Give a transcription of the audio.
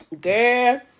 Girl